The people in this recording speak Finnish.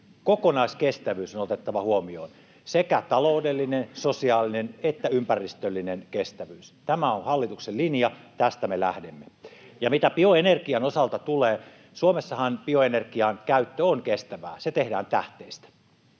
kokonaiskestävyys on otettava huomioon, sekä taloudellinen, sosiaalinen että ympäristöllinen kestävyys. Tämä on hallituksen linja, tästä me lähdemme. Ja mitä bioenergian osalta tulee, Suomessahan bioenergian käyttö on kestävää. Se tehdään tähteistä,